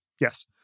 Yes